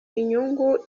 inyungu